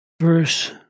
verse